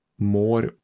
More